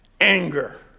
anger